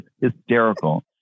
hysterical